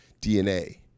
DNA